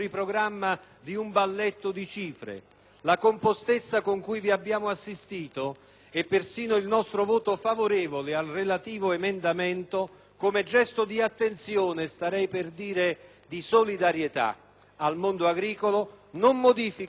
La compostezza con cui vi abbiamo assistito e persino il nostro voto favorevole al relativo emendamento, come gesto di attenzione - starei per dire di solidarietà - al mondo agricolo, non modificano il nostro giudizio su un risultato gramo.